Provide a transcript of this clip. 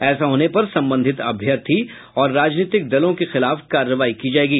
ऐसा होने पर संबंधित अभ्यर्थी और राजनीतिक दलों के खिलाफ कार्रवाई की जायेगी